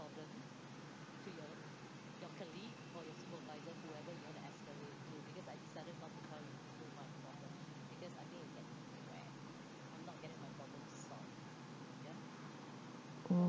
orh